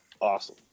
awesome